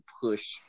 push